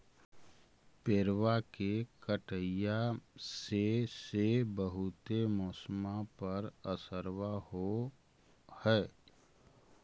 पेड़बा के कटईया से से बहुते मौसमा पर असरबा हो है?